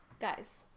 guys